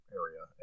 area